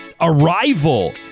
Arrival